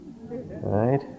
Right